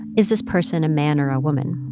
is this person a man or a woman?